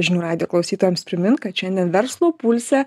žinių radijo klausytojams primint kad šiandien verslo pulse